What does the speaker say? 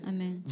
Amen